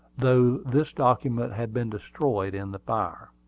though this document had been destroyed in the fire.